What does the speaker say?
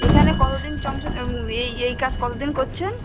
এখানে কতদিন এই এই কাজ কতদিন করছেন